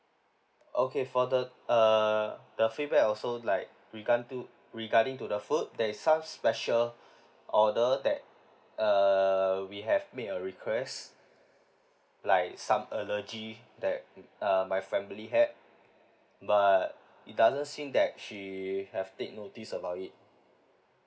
okay for the err the feedback also like regardi~ to regarding to the food there is such special order that err we have made a request like some allergy that uh my family had but it doesn't seem that she have take notice about it